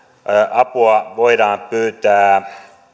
apua voidaan pyytää